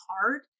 hard